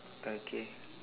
okay